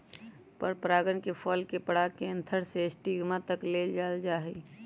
परागण में फल के पराग के एंथर से स्टिग्मा तक ले जाल जाहई